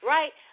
Right